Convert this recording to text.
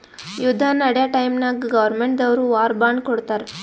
ಯುದ್ದ ನಡ್ಯಾ ಟೈಮ್ನಾಗ್ ಗೌರ್ಮೆಂಟ್ ದವ್ರು ವಾರ್ ಬಾಂಡ್ ಕೊಡ್ತಾರ್